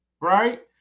right